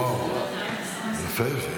וואו, יפה.